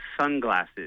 sunglasses